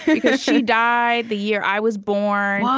because she died the year i was born,